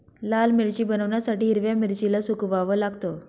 लाल मिरची बनवण्यासाठी हिरव्या मिरचीला सुकवाव लागतं